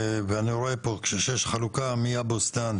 ואני רואה פה שכשיש פה חלוקה מהבוסתן,